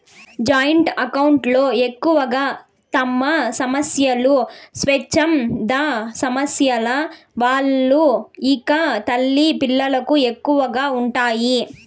joint account లో ఎక్కువగా మతసంస్థలు, స్వచ్ఛంద సంస్థల వాళ్ళు ఇంకా తల్లి పిల్లలకు ఎక్కువగా ఉంటాయి